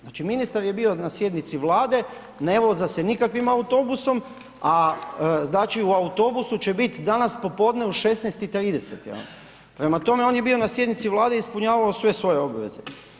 Znači ministar je bio na sjednici Vlade, ne voza se nikakvim autobusom, a u autobusu će biti danas popodne u 16,30, prema tome on je bio na sjednici Vlade i ispunjavao sve svoje obveze.